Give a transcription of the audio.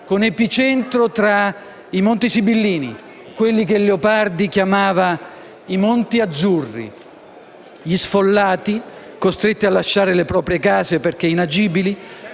con epicentro tra i Monti sibillini, quelli che Leopardi chiamava i «monti azzurri». Gli sfollati, costretti a lasciare le proprie case perché inagibili,